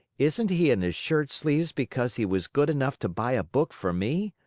isn't he in his shirt sleeves because he was good enough to buy a book for me?